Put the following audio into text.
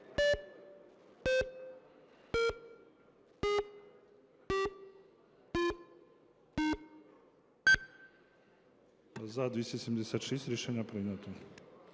За-248 Рішення прийнято.